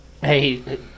Hey